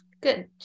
good